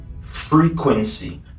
frequency